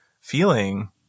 feeling